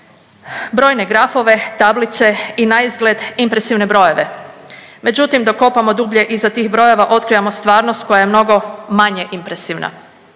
brojne grafove, tablice i naizgled impresivne brojeve, međutim dok kopamo dublje iza tih brojeva otkrivamo stvarnost koja je mnogo manje impresivna.